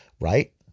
right